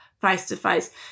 face-to-face